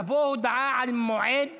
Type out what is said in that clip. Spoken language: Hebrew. תבוא הודעה על מועד חידוש,